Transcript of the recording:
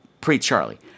pre-Charlie